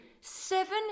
seven